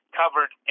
covered